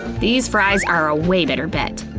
these fries are a way better bet.